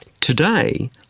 Today